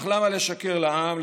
אך למה לשקר לעם,